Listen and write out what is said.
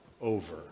over